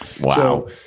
Wow